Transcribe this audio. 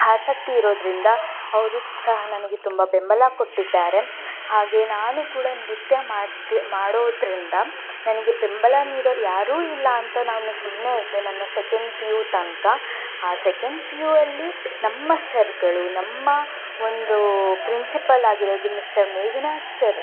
ಆಸಕ್ತಿ ಇರೋದ್ರಿಂದ ಅವರು ಸಹ ನನಗೆ ತುಂಬ ಬೆಂಬಲ ಕೊಟ್ಟಿದ್ದಾರೆ ಹಾಗೇ ನಾನೂ ಕೂಡ ನೃತ್ಯ ಮಾಡ್ತಿ ಮಾಡೋದ್ರಿಂದ ನನಗೆ ಬೆಂಬಲ ನೀಡೋರ್ಯಾರೂ ಇಲ್ಲಾಂತ ನಾನು ಸುಮ್ಮನೆ ಇದ್ದೆ ನನ್ನ ಸೆಕೆಂಡ್ ಪಿ ಯು ತನಕ ಆ ಸೆಕೆಂಡ್ ಪಿ ಯು ಅಲ್ಲಿ ನಮ್ಮ ಸರ್ಗಳು ನಮ್ಮ ಒಂದು ಪ್ರಿನ್ಸಿಪಾಲ್ ಆಗಿರೋದು ಮಿಸ್ಟರ್ ಮೇಘನಾಥ್ ಸರ್